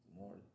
more